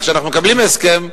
כשאנחנו מקבלים הסכם,